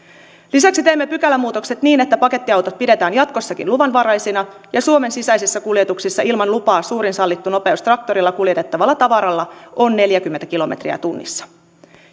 lisäksi teimme pykälämuutokset että pakettiautot pidetään jatkossakin luvanvaraisina ja suomen sisäisissä kuljetuksissa suurin sallittu nopeus traktorilla kuljettavalla tavaralla on neljäkymmentä kilometriä tunnissa